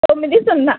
తొమ్మిది సున్నా